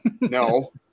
No